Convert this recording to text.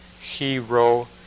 Hero